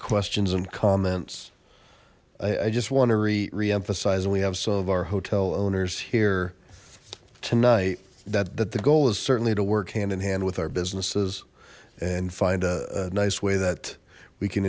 questions and comments i just want to read re emphasize and we have some of our hotel owners here tonight that the goal is certainly to work hand in hand with our businesses and find a nice way that we can